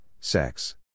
sex